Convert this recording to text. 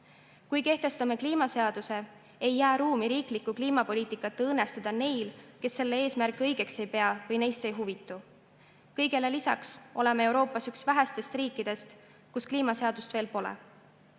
Kui kehtestame kliimaseaduse, ei jää ruumi riiklikku kliimapoliitikat õõnestada neil, kes selle eesmärke õigeks ei pea või neist ei huvitu. Kõigele lisaks oleme Euroopas üks vähestest riikidest, kus kliimaseadust veel pole.